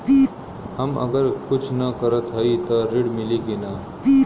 हम अगर कुछ न करत हई त ऋण मिली कि ना?